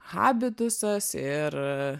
habitusas ir